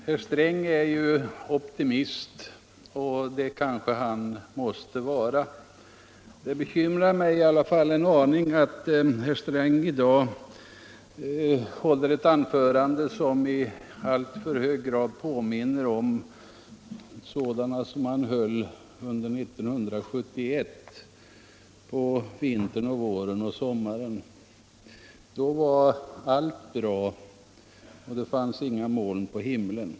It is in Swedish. Herr talman! Herr Sträng är optimist, och det kanske han måste vara. Det bekymrar mig i alla fall en aning att herr Sträng i dag hållit ett anförande som i alltför hög grad påminner om sådana som han höll vintern, våren och sommaren 1971. Då var allt bra, och det fanns inga moln på himlen.